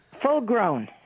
Full-grown